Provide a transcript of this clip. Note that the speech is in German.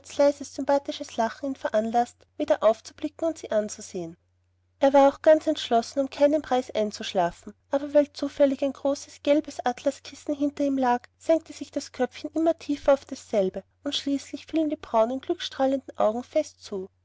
leises sympathisches lachen ihn veranlaßt wieder aufzublicken und sie anzusehen er war auch ganz entschlossen um keinen preis einzuschlafen aber weil zufällig ein großes gelbes atlaskissen hinter ihm lag senkte sich das köpfchen immer tiefer auf dasselbe und schließlich fielen die braunen glückstrahlenden augen fest zu